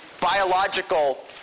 biological